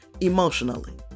emotionally